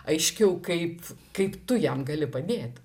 aiškiau kaip kaip tu jam gali padėt